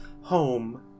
home